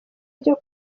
ryo